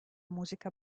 musica